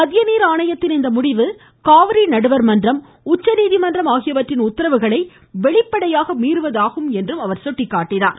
மத்திய நீர் ஆணையத்தின் இந்த முடிவு காவிரி நடுர் மன்றம் உச்சநீதி மன்றம் ஆகியவற்றின் உத்தரவுகளை வெளிப்படையாக மீறுவதாகும் என்றும் கூறினார்